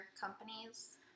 companies